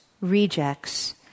rejects